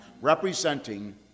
representing